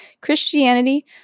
Christianity